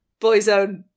Boyzone